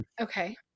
Okay